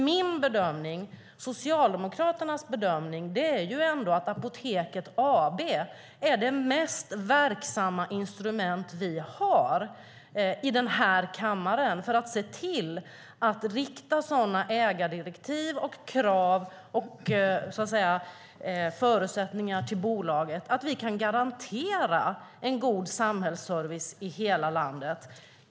Min och Socialdemokraternas bedömning är ändå att Apoteket AB är det mest verksamma instrument vi har i den här kammaren för att se till att rikta sådana ägardirektiv, krav och förutsättningar till bolaget att vi kan garantera en god samhällsservice i hela landet.